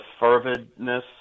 fervidness